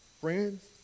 Friends